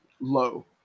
low